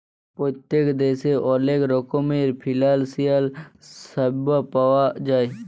পত্তেক দ্যাশে অলেক রকমের ফিলালসিয়াল স্যাবা পাউয়া যায়